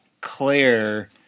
Claire